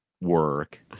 work